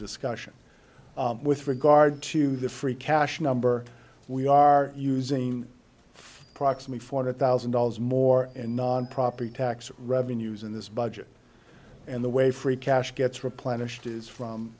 discussion with regard to the free cash number we are using approximate four hundred thousand dollars more in non property tax revenues in this budget and the way free cash gets replenished is from